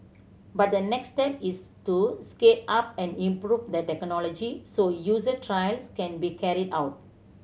but the next step is to scale up and improve the technology so user trials can be carried out